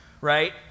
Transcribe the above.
right